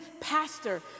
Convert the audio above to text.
pastor